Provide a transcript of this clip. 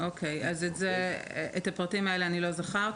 את הפרטים האלה.